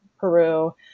Peru